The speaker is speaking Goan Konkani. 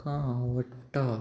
आं आवडटा